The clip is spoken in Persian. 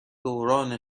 دوران